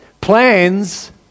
Plans